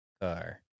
car